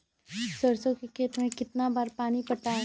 सरसों के खेत मे कितना बार पानी पटाये?